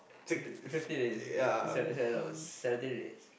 fifteen is seven seven no seventeen is